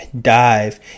dive